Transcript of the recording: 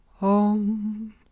Om